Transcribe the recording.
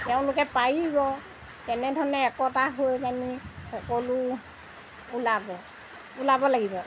তেওঁলোকে পাৰিব তেনেধৰণে একতা হৈ পেনি সকলো ওলাব ওলাব লাগিব